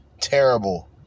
Terrible